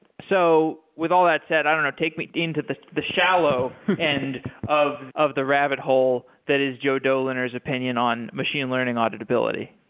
so with all that said, i don't know, take me into the the shallow and end of the rabbit hole that is joe doline' s opinion on machine learning auditability.